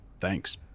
thanks